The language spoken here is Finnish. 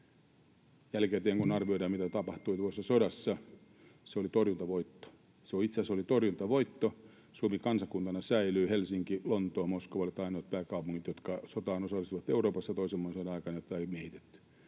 Jälkikäteen, kun arvioidaan, mitä tapahtui tuossa sodassa, se oli torjuntavoitto. Itse asiassa se oli torjuntavoitto: Suomi kansakuntana säilyi. Helsinki, Lontoo ja Moskova olivat ainoat pääkaupungit, jotka osallistuivat sotaan Euroopassa toisen maailmansodan aikana ja joita ei miehitetty.